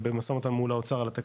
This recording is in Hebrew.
במשא ומתן מול האוצר על התקציב,